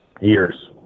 years